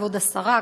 כבוד השרה,